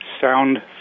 sound